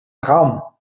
traum